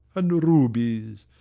and rubies.